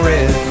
Red